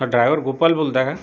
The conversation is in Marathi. हो ड्रायवर गोपाल बोलताय का